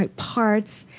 like parts.